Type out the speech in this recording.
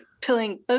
pulling